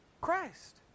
Christ